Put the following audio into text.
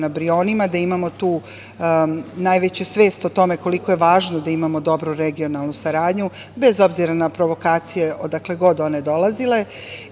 na Brionima, da imamo tu najveću svest o tome koliko je važno da imamo dobru regionalnu saradnju, bez obzira na provokacije, odakle god one dolazile,